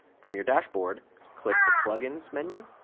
from your dashboard click the plugins menu,